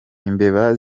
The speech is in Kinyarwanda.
imbeba